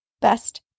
Best